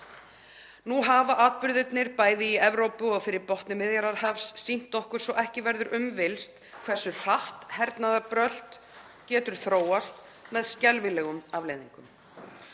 Nú hafa atburðirnir bæði í Evrópu og fyrir botni Miðjarðarhafs sýnt okkur svo ekki verður um villst hversu hratt hernaðarbrölt getur þróast með skelfilegum afleiðingum.